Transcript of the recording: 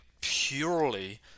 purely